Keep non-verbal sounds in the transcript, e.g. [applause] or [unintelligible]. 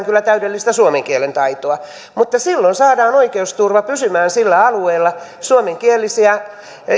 [unintelligible] kyllä täydellistä suomen kielen taitoa mutta silloin saadaan oikeusturva pysymään sillä alueella suomenkielisiä